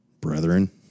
Brethren